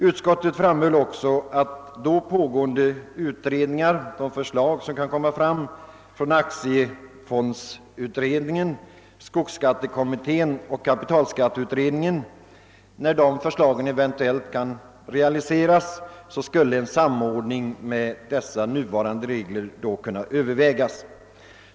Utskottet framhöll också att då pågående utredningar och förslag, som kan komma fram från aktiefondutredningen, skogsskattekommittén och kapitalskatteutredningen, eventuellt kunde komma att realiseras, skulle en samordning med dessa regler kunna övervägas.